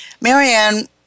Marianne